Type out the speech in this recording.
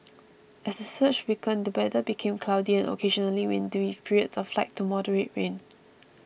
as the surge weakened the weather became cloudy and occasionally windy with periods of light to moderate rain